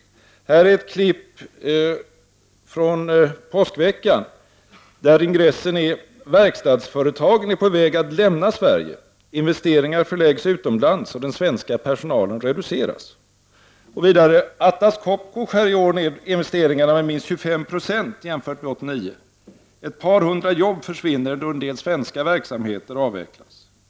Jag har här ett tidningsurklipp från påskveckan där ingressen lyder: ”Verkstadsföretagen är på väg att lämna Sverige. Investeringar förläggs utomlands och den svenska personalen reduceras.” Artikeln fortsätter: ”Atlas Copco skär i år ned investeringarna med minst 25 procent jämfört med 1989. Ett par hundra jobb försvinner då en del svenska verksamheter avvecklas.